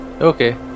Okay